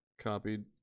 copied